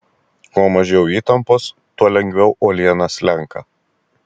kuo mažiau įtampos tuo lengviau uoliena slenka